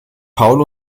paul